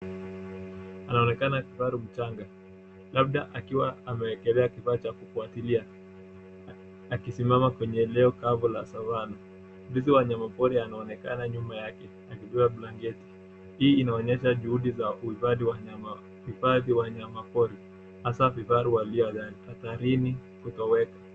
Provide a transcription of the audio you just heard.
Anaonekana kifaru mchanga labda akiwa ameekelea kifaa cha kufuatilia akisimama kwenye eneo kavu la Savana. Mlinzi wa wanyama pori anaonekana nyuma yake, akibeba blanketi hii inaonyesha juhudi za huifadhi wa wanyama pori asa vifaru waliohatarini kutoweka.